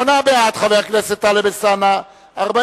בעד, 8, נגד,